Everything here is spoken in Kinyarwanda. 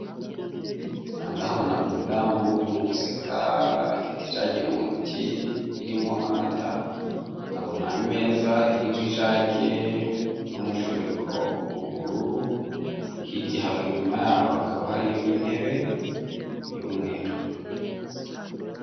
Aha ndahabona umudamu urimo guseka afite ijage muntoki irimo amata nkabona ameza iriho ijage numufuniko w'ubururu hirya inyuma yaho hakaba hariyo intebe y'umweru.